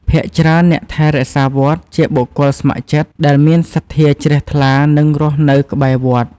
ភាគច្រើន អ្នកថែរក្សាវត្តជាបុគ្គលស្ម័គ្រចិត្ត ដែលមានសទ្ធាជ្រះថ្លា និងរស់នៅក្បែរវត្ត។